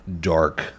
dark